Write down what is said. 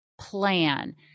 plan